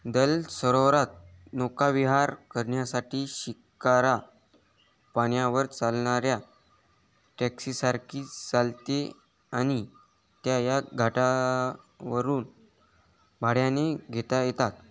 दल सरोवरात नौकाविहार करण्यासाठी शिकारा पाण्यावर चालणाऱ्या टॅक्सीसारखी चालते आणि त्या या घाटावरून भाड्याने घेता येतात